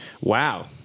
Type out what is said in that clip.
Wow